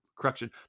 Correction